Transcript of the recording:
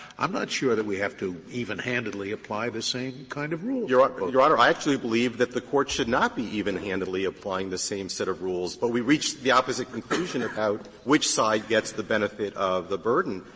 i'm not sure that we have to evenhandedly apply the same kind of rules. rosenkranz ah your honor, i actually believe that the court should not be evenhandedly applying the same set of rules, but we reached the opposite conclusion about which side gets the benefit of the burden.